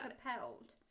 compelled